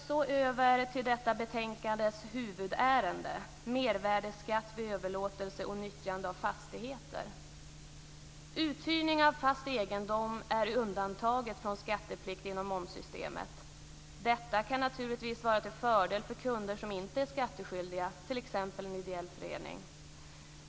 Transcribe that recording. Så över till detta betänkandes huvudärende: mervärdesskatt vid överlåtelse och nyttjande av fastigheter. Uthyrning av fast egendom är undantaget från skatteplikt inom momssystemet. Detta kan naturligtvis vara till fördel för kunder som inte är skattskyldiga. Det kan t.ex. gälla en ideell förening.